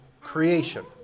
creation